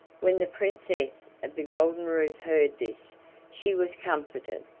when the princess of the golden roof heard this she was comforted,